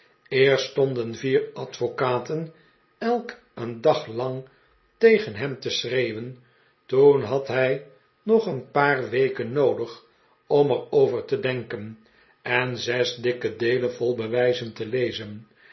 eerst stohden vier advocaten elk een dag lang tegen hem te schreeuwen toen had hij nog een paar weken noodig om er over te denken en zes dikke deelen vol bewijzen te lezen